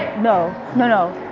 no, no no.